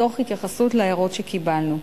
תוך התייחסות להערות שקיבלנו.